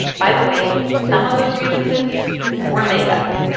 by the way, some of those grievances were made up.